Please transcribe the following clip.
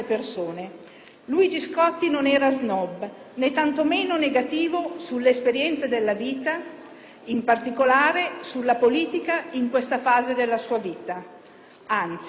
Luigi Scotti non era snob, né tantomeno aveva un atteggiamento negativo sull'esperienza della vita e in particolare sulla politica in questa fase della sua vita, anzi.